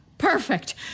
Perfect